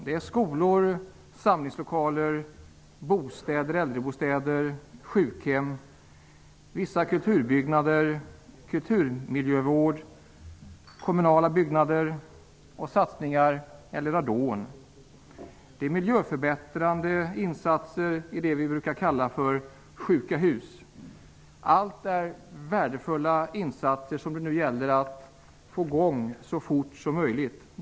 Det är fråga om skolor, samlingslokaler, bostäder, äldrebostäder, sjukhem, vissa kulturbyggnader, kulturmiljövård, kommunala byggnader och satsningar på radon. Det är fråga om miljöförbättrande insatser i det som vi brukar kalla för sjuka hus. Det gäller att få i gång alla dessa värdefulla insatser så fort som möjligt.